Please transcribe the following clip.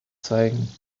zeigen